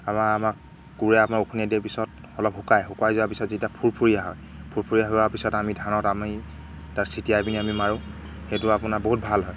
আমাৰ আমাক কুৰে আপোনাৰ উখনিয়াই দিয়াৰ পিছত অলপ শুকায় শুকাই যোৱা পিছত যেতিয়া ফুৰফুৰীয়া হয় ফুৰফুৰীয়া হোৱাৰ পিছত আমি ধানত আমি তাত চিটিয়াই পিনি আমি মাৰোঁ সেইটো আপোনাৰ বহুত ভাল হয়